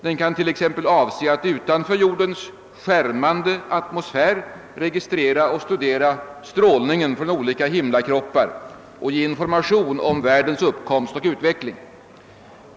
Den kan t.ex. avse att utanför jordens skärmande atmosfär registrera och studera strålningen från olika himlakroppar och ge information om världens uppkomst och utveckling.